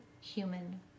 human